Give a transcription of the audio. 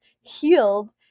healed